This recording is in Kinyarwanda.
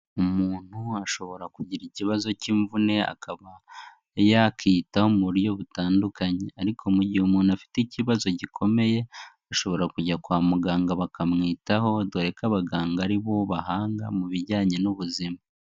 Umuntu ashobora kugira ikibazo cy'imvune akaba yakiyitaho mu buryo butandukanye, ariko mu gihe umuntu afite ikibazo gikomeye ashobora kujya kwa muganga bakamwitaho dore ko abaganga ari bo bahanga mu bijyanye n'ubuzima.